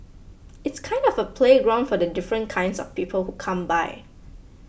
it's kind of a playground for the different kinds of people who come by